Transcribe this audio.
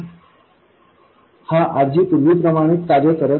हा RG पूर्वीप्रमाणेच कार्य करत आहे